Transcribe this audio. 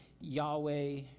Yahweh